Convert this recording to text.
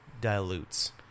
dilutes